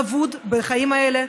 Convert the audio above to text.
אבוד בחיים האלה,